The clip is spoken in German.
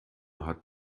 hat